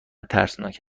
ترسناک